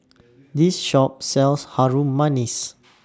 This Shop sells Harum Manis